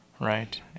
right